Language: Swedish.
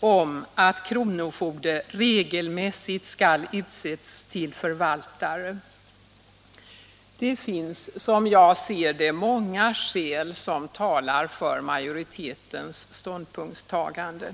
om att kronofogde regelmässigt skall utses till förvaltare. Det finns, som jag ser det, många skäl som talar för majoritetens ståndpunktstagande.